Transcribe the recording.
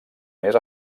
més